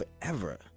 forever